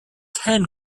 ten